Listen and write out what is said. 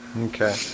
Okay